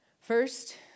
First